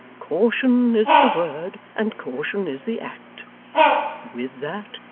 caution is the word, and caution is the act with that,